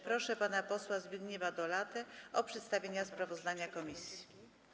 Proszę pana posła Zbigniewa Dolatę o przedstawienie sprawozdania komisji.